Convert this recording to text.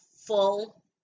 full